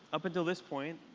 up until this point,